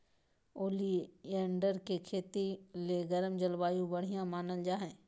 oleander के खेती ले गर्म जलवायु बढ़िया मानल जा हय